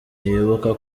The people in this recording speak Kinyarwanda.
yibuka